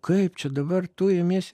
kaip čia dabar tu imiesi